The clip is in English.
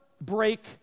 break